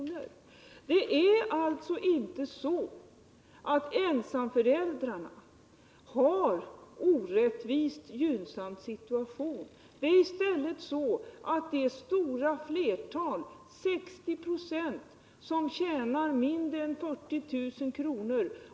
Ensamföräldrarna är alltså inte i en orättvist gynnsam situation. Det är i stället så, att det stora flertalet, 62 26, som tjänar mindre än 40 000 kr.